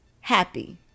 happy